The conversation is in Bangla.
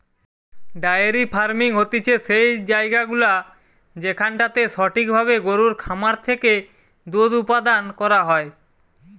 ডায়েরি ফার্মিং হতিছে সেই জায়গাগুলা যেখানটাতে সঠিক ভাবে গরুর খামার থেকে দুধ উপাদান করা হয়